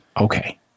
okay